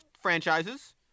franchises